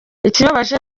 ikibabaje